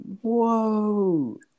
Whoa